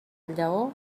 lleó